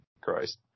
Christ